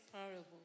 parable